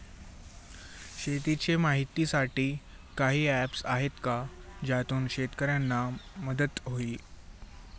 शेतीचे माहितीसाठी काही ऍप्स आहेत का ज्यातून शेतकऱ्यांना मदत होईल?